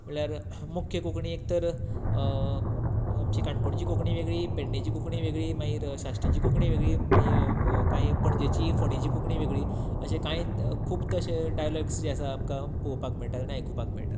म्हळ्यार मुख्य कोंकणी एक तर आमची काणकोणची कोंकणी वेगळी पेडणेची कोंकणी वेगळी मागीर साश्टीची कोंकणी वेगळी मागीर कांयी पणजेची फोंडेची कोंकणी वेगळी अशें कांय खुप तशे डायलेक्ट्स जे आसा ते आमकां पोळोवपाक मेळटा आनी आयकुपाक मेळटा